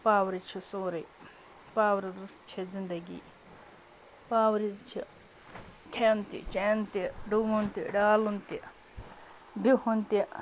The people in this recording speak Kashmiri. پاورٕ چھُ سورُے پاورٕ رُس چھِ زِندگی پاورٕ چھِ کھٮ۪ن تہِ چٮ۪ن تہِ ڈُوُن تہِ ڈالُن تہِ بِہُن تہِ